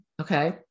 Okay